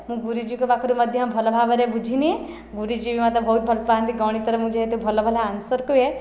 ମୁଁ ଗୁରୁଜୀଙ୍କ ପାଖରୁ ମଧ୍ୟ ଭଲ ଭାବରେ ବୁଝିନିଏ ଗୁରୁଜୀ ବି ମୋତେ ବହୁତ ଭଲ ପାଆନ୍ତି ଗଣିତରେ ମୁଁ ଯେହେତୁ ଭଲ ଭଲ ଆନ୍ସର କୁହେ